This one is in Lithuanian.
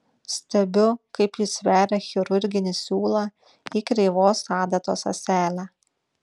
stebiu kaip jis veria chirurginį siūlą į kreivos adatos ąselę